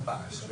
הצבעה לא אושרה.